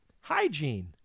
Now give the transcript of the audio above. Hygiene